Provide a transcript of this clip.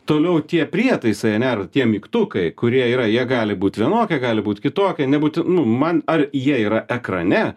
toliau tie prietaisai ane ar tie mygtukai kurie yra jie gali būt vienokie gali būt kitokie nebūti nu man ar jie yra ekrane